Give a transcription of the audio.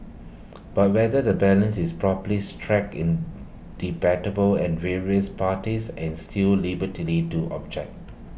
but whether the balance is properly struck in debatable and various parties and still liberty lit to object